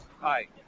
Hi